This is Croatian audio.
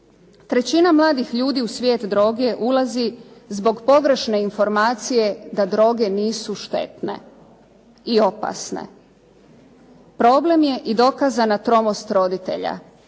Trećina mladih ljudi u svijet droge ulazi zbog pogrešne informacije da droge nisu štetne i opasne. Problem je i dokazana tromost roditelja,